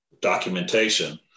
documentation